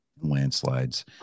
landslides